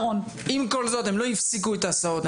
עם כל זאת הם לא הפסיקו את ההסעות.